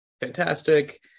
fantastic